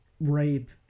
rape